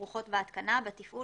בהתקנה, בתפעול